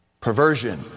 perversion